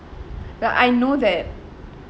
like I know that